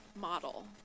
model